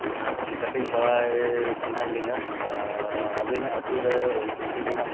ᱱᱟᱜᱠᱷᱟᱱ ᱠᱟᱹᱴᱤᱡ ᱵᱟᱰᱟᱭ ᱥᱟᱱᱟᱭᱮᱫ ᱞᱤᱧᱟᱹ ᱟᱨ ᱟᱹᱵᱤᱱᱟᱜ ᱟᱛᱳᱨᱮ ᱚᱞᱼᱪᱤᱠᱤ ᱨᱮᱱᱟᱜ